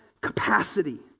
capacity